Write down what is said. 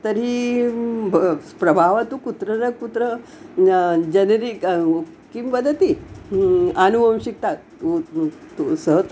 तर्हि ब प्रभावः तु कुत्र न कुत्र जनरी किं वदति आनुवंशिकता तु सः